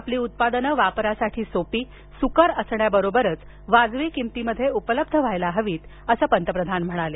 आपली उत्पादनं वापरासाठी सोपी सुकर असण्याबरोबरच वाजवी किमतीत उपलब्ध व्हायला हवीत असं पंतप्रधान म्हणाले